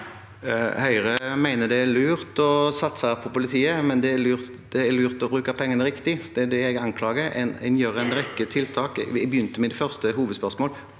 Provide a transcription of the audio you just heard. Høyre mener det er lurt å satse på politiet, men det er lurt å bruke pengene riktig. Det er det jeg anklager regjeringen for. Jeg begynte mitt hovedspørsmål